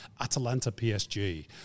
Atalanta-PSG